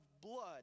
blood